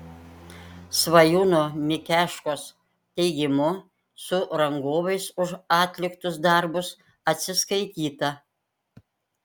svajūno mikeškos teigimu su rangovais už atliktus darbus atsiskaityta